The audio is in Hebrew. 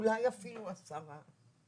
אולי אפילו עשרה,